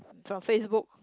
from Facebook